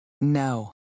No